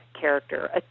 character